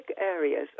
areas